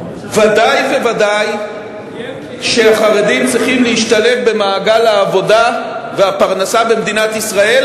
ודאי וודאי שהחרדים צריכים להשתלב במעגל העבודה והפרנסה במדינת ישראל,